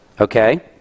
okay